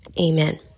Amen